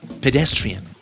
Pedestrian